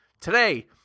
Today